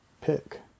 pick